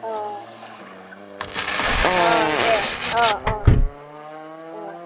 अ अ दे अ अ अ